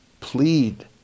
Plead